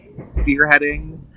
spearheading